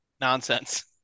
nonsense